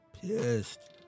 pissed